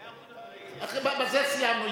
הוא היה, בזה סיימנו.